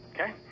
okay